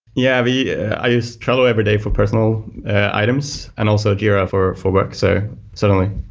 yeah yeah. i use trello every day for personal items and also jira for for work. so, certainly.